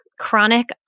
chronic